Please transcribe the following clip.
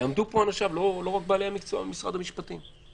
יעמדו פה אנשיה, לא רק בעלי המקצוע ממשרד המשפטים.